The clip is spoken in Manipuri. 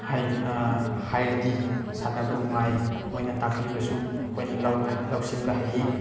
ꯍꯥꯏꯔꯗꯤ ꯁꯥꯟꯅꯕ ꯅꯨꯡꯉꯥꯏ ꯃꯣꯏꯅ ꯇꯥꯛꯄꯤꯕꯁꯨ ꯑꯩꯈꯣꯏꯅ ꯂꯧꯁꯤꯟꯕ ꯍꯩ